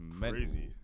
crazy